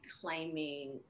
claiming